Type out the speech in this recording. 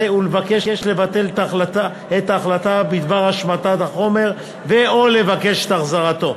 ולבקש לבטל את ההחלטה בדבר השמדת החומר ו/או לבקש את החזרתו.